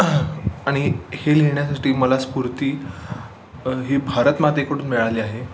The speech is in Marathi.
आणि हे लिहिण्यासाठी मला स्फूर्ती ही भारतमातेकडून मिळाली आहे